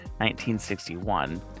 1961